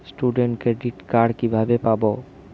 Student credit card কিভাবে পাব?